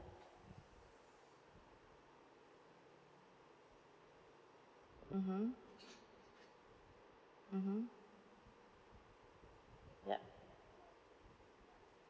mmhmm mmhmm yup